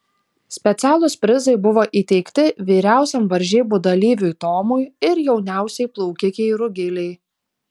specialūs prizai buvo įteikti vyriausiam varžybų dalyviui tomui ir jauniausiai plaukikei rugilei